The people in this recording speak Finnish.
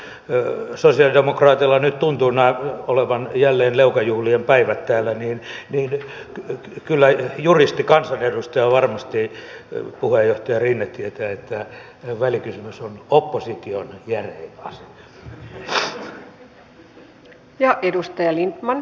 ja sitten kun sosialidemokraateilla nyt tuntuvat olevan jälleen leukajuhlien päivät täällä niin kyllä juristikansanedustaja varmasti puheenjohtaja rinne tietää että välikysymys on opposition järein ase